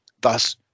thus